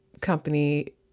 company